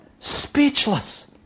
speechless